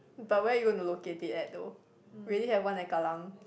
but where you want to locate it at though we already have one at kallang